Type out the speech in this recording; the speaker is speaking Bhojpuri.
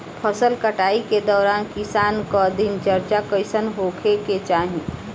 फसल कटाई के दौरान किसान क दिनचर्या कईसन होखे के चाही?